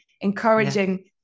encouraging